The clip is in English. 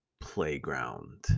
playground